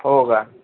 हो का